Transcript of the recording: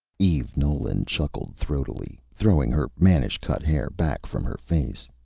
eve nolan chuckled throatily, throwing her mannish-cut hair back from her face.